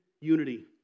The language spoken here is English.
unity